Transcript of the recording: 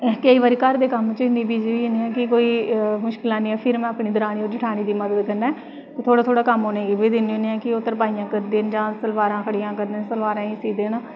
केईं बारी घर दे कम्म त बिजी होन्नी आं कोई मुश्कल आंदी ऐ फिर में अपनी दरानी ते जठानी दी मदद कन्नै थोह्ड़ा थोह्ड़ा कम्म उ'नें गी बी दिन्नी होन्नी आं कि ओह् तरपाइयां करी देन जां सलवारे गी सी देन